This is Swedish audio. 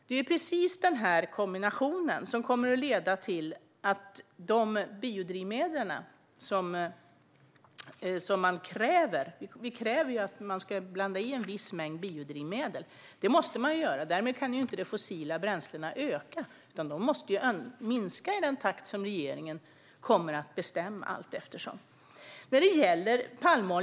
Det är precis denna kombination som kommer att leda till de biodrivmedel som krävs - vi kräver ju att en viss mängd biodrivmedel ska blandas in. Detta måste man göra, och därmed kan de fossila bränslena inte öka utan måste minska i den takt som regeringen allteftersom kommer att fatta beslut om.